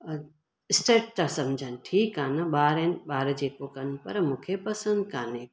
अधु स्टैट था समुझनि ठीकु आहे न ॿार आहिनि ॿार जेको कनि पर मूंखे पसंदि काने को